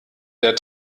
der